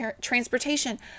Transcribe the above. transportation